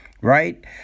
Right